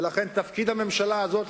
ולכן תפקיד הממשלה הזאת,